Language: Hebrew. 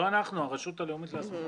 לא אנחנו, הרשות הלאומית למעבדות.